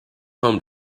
home